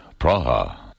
Praha